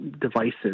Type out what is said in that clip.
devices